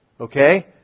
Okay